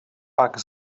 pak